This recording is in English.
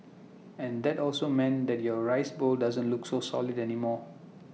and that also meant that your rice bowl doesn't look so solid anymore